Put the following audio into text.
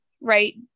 right